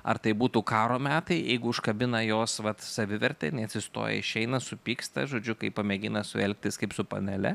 ar tai būtų karo metai jeigu užkabina jos vat savivertę jinai atsistoja išeina supyksta žodžiu kai pamėgina su ja elgtis kaip su panele